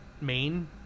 main